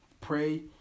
pray